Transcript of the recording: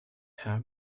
her